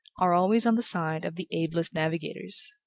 are always on the side of the ablest navigators.